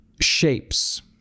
shapes